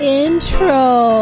intro